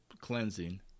cleansing